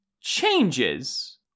changes